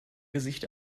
gesicht